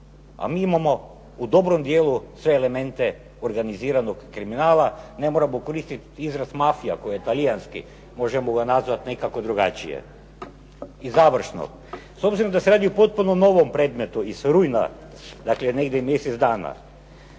a mi imamo u dobrom dijelu sve elemente organiziranog kriminala ne moramo koristiti izraz mafija koji je talijanski, možemo ga nazvati nekako drugačije. I završno, s obzirom da se radi o potpuno novom predmetu iz rujna, dakle negdje mjesec dana,